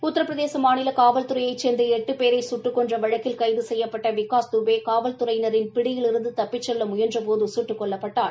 உத்திரபிரதேச மாநில காவல்துறையைச் சேர்ந்த எட்டு பேரை சுட்டுக் கொன்ற வழக்கில் கைது செய்யப்பட்ட விகாஸ் தூபே காவல் துறையினரின் பிடியிலிருந்து தப்பிச் செல்ல முயன்றபோது கட்டுக் கொல்லப்பட்டான்